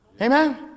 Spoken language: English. amen